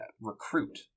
recruit